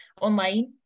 online